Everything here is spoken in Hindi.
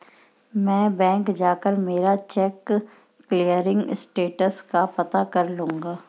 मैं बैंक जाकर मेरा चेक क्लियरिंग स्टेटस का पता कर लूँगा